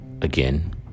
again